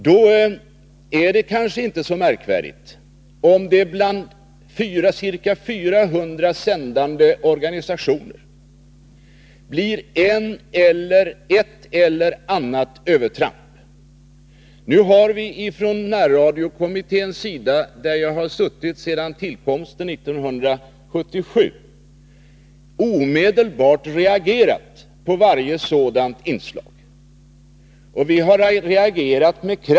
Då är det kanske inte så märkvärdigt om det bland ca 400 sändande organisationer blir ett eller annat övertramp. Vi har inom närradiokommittén, där jag suttit sedan tillkomsten 1977, omedelbart och med kraft reagerat på varje sådant inslag.